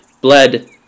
Bled